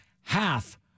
half